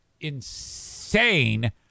insane